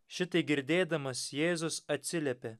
šitai girdėdamas jėzus atsiliepė